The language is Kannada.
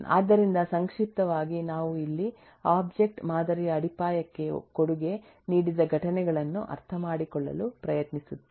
ಆದ್ದರಿಂದ ಸಂಕ್ಷಿಪ್ತವಾಗಿ ನಾವು ಇಲ್ಲಿ ಒಬ್ಜೆಕ್ಟ್ ಮಾದರಿಯ ಅಡಿಪಾಯಕ್ಕೆ ಕೊಡುಗೆ ನೀಡಿದ ಘಟನೆಗಳನ್ನು ಅರ್ಥಮಾಡಿಕೊಳ್ಳಲು ಪ್ರಯತ್ನಿಸುತ್ತೇವೆ